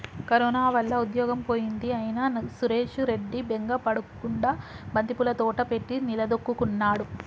corona వల్ల ఉద్యోగం పోయింది అయినా సురేష్ రెడ్డి బెంగ పడకుండా బంతిపూల తోట పెట్టి నిలదొక్కుకున్నాడు